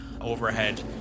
overhead